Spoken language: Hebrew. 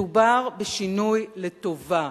מדובר בשינוי לטובה.